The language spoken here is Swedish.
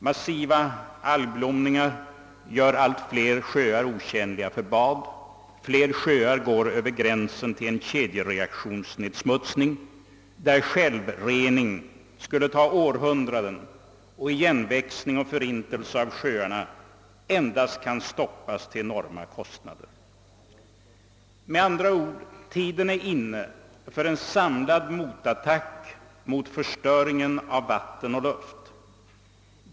Massiva algblomningar gör allt fler sjöar otjänliga för bad, och allt fler sjöar går över gränsen till en kedjereaktionsnedsmutsning, där självrening skulle ta århundraden och där igenväxningen och förintelsen av sjöarna endast kan stoppas till enorma kostnader. Tiden är med andra ord inne för en samlad motattack mot förstöringen av vatten och luft.